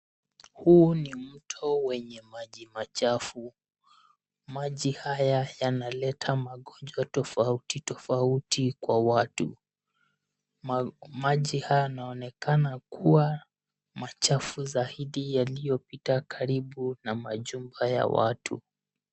Huu ni mto wenye maji machafu. Maji haya yanaleta magonjwa tofauti tofauti kwa watu. Maji haya yanaonekana kuwa machafu zaidi yaliyopita karibu na majumba ya watu.